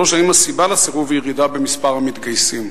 3. האם הסיבה לסירוב היא ירידה במספר המתגייסים?